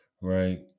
right